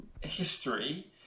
history